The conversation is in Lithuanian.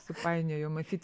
supainiojau matyt